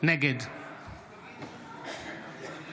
נגד שלי טל מירון,